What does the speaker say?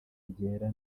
ryera